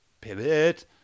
pivot